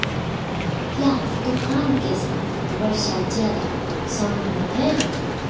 क्या तूफ़ान के साथ वर्षा जायदा संभव है?